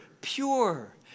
pure